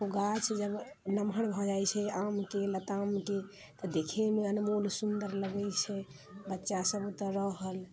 ओ गाछ जब नमहर भऽ जाइत छै आमके लतामके तऽ देखेमे अनमोल सुन्दर लगैत छै बच्चा सब ओतऽ रहल